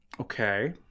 Okay